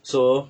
so